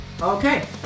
Okay